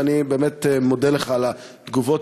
ואני באמת מודה לך על התגובות,